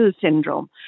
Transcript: syndrome